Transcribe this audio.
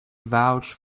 vouch